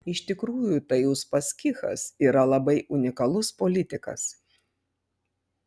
iš tikrųjų tai uspaskichas yra labai unikalus politikas